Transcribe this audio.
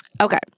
Okay